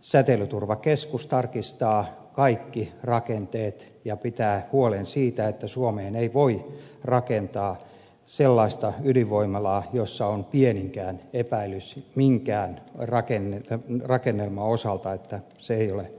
säteilyturvakeskus tarkistaa kaikki rakenteet ja pitää huolen siitä että suomeen ei voi rakentaa sellaista ydinvoimalaa jossa on pieninkään epäilys minkään rakennelman osalta että se ei ole turvallinen